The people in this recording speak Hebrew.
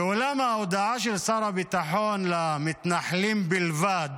ואולם ההודעה של שר הביטחון למתנחלים בלבד